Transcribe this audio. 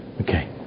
Okay